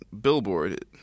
Billboard